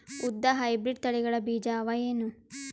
ಉದ್ದ ಹೈಬ್ರಿಡ್ ತಳಿಗಳ ಬೀಜ ಅವ ಏನು?